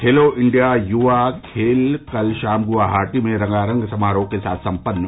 खेलो India युवा खेल कल शाम गुवाहाटी में रंगारंग समारोह के साथ सम्पन्न